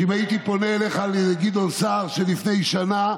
שאם הייתי פונה אליך, לגדעון סער שלפני שנה,